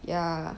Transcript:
ya